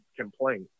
complaint